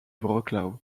wrocław